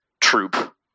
troop